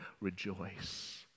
rejoice